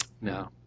No